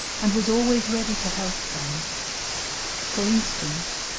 and was always ready to help them for instance,